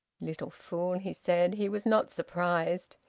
little fool! he said. he was not surprised.